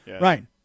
Right